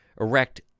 erect